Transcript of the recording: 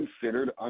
considered